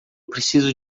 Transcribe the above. preciso